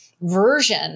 version